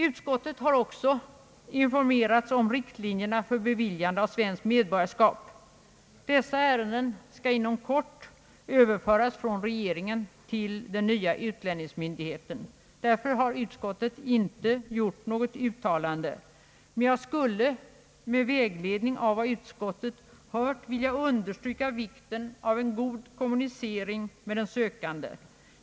Utskottet har också informerats om riktlinjerna för beviljande av svenskt medborgarskap. Dessa ärenden skall inom kort överföras från regeringen till den nya utlänningsmyndigheten. Därför har utskottet inte gjort något uttalande, men jag skulle, med vägledning av vad utskottet erfarit, vilja understryka vikten av en god kommunicering med den sökande.